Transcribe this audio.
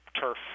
turf